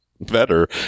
better